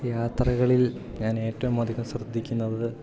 യാത്രകളിൽ ഞാൻ ഏറ്റവും അധികം ശ്രദ്ധിക്കുന്നത്